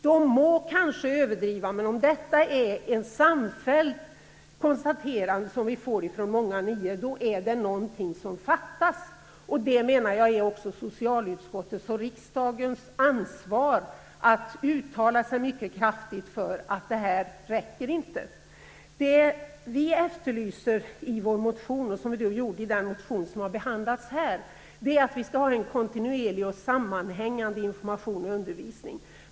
De må kanske överdriva, men om detta är ett samfällt konstaterande från våra nior är det någonting som fattas. Jag menar att det är socialutskottets och riksdagens ansvar att mycket kraftfullt uttala att detta inte räcker. Vad vi efterlyser i vår motion och som efterlyses i den motion som behandlas här är att det skall vara en kontinuerlig information och undervisning.